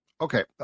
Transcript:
okay